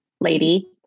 lady